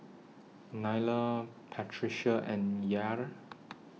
Nyla Patricia and Yair